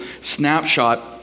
snapshot